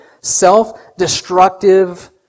self-destructive